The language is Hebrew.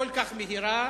כל כך מהירה,